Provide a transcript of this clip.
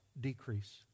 decrease